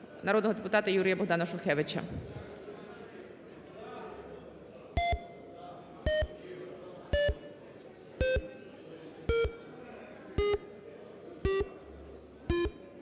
народного депутата Юрія-Богдана Шухевича.